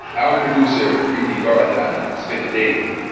our producer preeti varathan spent the day with him.